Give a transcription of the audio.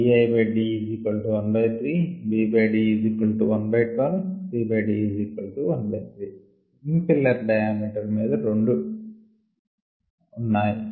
HD1 DiD13 BD112 CD13 impeller diameter మీద 2 ఉన్నాయి